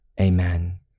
Amen